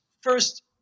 First